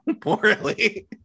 poorly